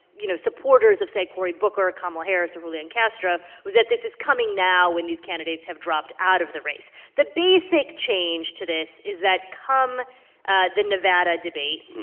you know, supporters of, say, cory booker, kamala harris or julian castro was that this is coming now when these candidates have dropped out of the race the basic change to this is that, come ah the nevada debate,